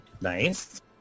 Nice